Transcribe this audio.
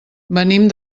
venim